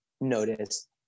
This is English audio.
notice